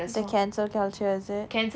the cancer culture is it